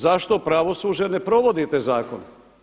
Zašto pravosuđe ne provodi te zakone?